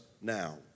now